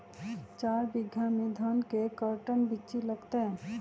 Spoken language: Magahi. चार बीघा में धन के कर्टन बिच्ची लगतै?